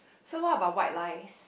so what about white lies